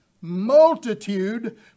multitude